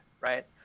right